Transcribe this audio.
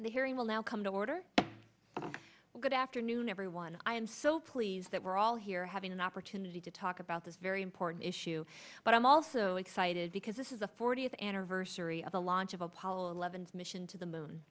the hearing will now come to order good afternoon everyone so pleased that we're all here having an opportunity to talk about this very important issue but i'm also excited because this is the fortieth anniversary of the launch of apollo eleven mission to the moon